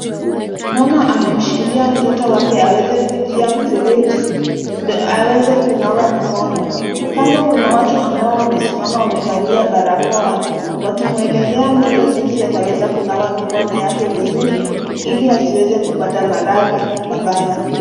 Mama amemshikilia mtoto wake aweze kufikia mrefeji, ndo aweze kunawa mikono. Kando kuna watu ambao wamesimama wamevalia barakoa, wakimwelezea mtoto jinsi ataweza kunawa mikono yake vizuri, ili asiweze kupata maradhi, mabaya.